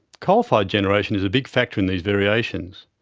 coal fired generation is a big factor in these variations.